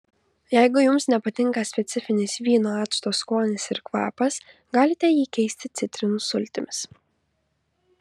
jeigu jums nepatinka specifinis vyno acto skonis ir kvapas galite jį keisti citrinų sultimis